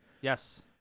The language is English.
Yes